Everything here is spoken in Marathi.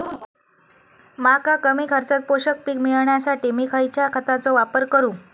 मका कमी खर्चात पोषक पीक मिळण्यासाठी मी खैयच्या खतांचो वापर करू?